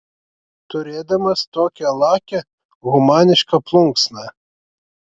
turėdamas tokią lakią humanišką plunksną